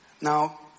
Now